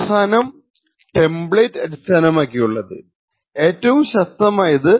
അവസാനം ടെമ്പ്ലേറ്റ് അടിസ്ഥാനമാക്കിയുള്ളത് ഏറ്റവും ശക്തമായത്